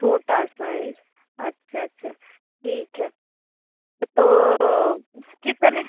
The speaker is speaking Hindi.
छोटा साइज अच्छा अच्छा ठीक है तो कितने